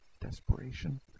desperation